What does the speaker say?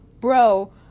Bro